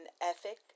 ethic